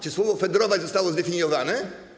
Czy słowo ˝fedrować˝ zostało zdefiniowane?